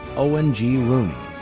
owen g. rooney.